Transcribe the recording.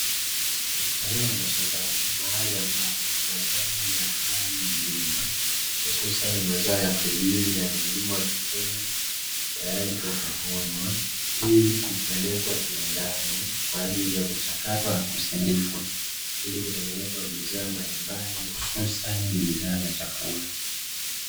Eneo la mashambani mahali ambapo mazao mbalimbali, hususani mazao ya figili yaliolimwa vizuri, tayari kwa kuvunwa kisha kupelekwa kiwandani kwa ajili ya kuchakatwa na kusindikwa, ili kutengenezwa bidhaa mbalimbali hususani bidhaa za chakula.